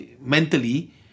mentally